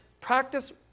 practice